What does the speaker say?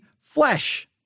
flesh